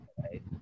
right